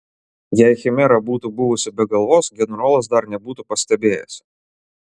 jei chimera būtų buvusi be galvos generolas dar nebūtų pastebėjęs